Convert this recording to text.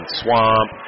swamp